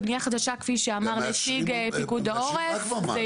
בבנייה חדשה כפי שאמר נציג פיקוד העורף,